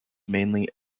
mainly